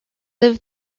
live